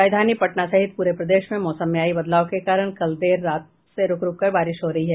राजधानी पटना सहित पूरे प्रदेश में मौसम में आयी बदलाव के कारण कल देर रात से रूक रूक कर बारिश हो रही है